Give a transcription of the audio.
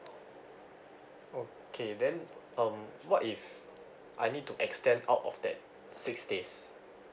okay then um what if I need to extend out of that six days